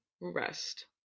rest